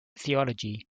theology